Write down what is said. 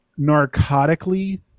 narcotically